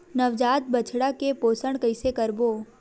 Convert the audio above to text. नवजात बछड़ा के पोषण कइसे करबो?